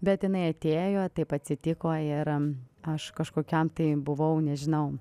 bet jinai atėjo taip atsitiko ir aš kažkokiam tai buvau nežinau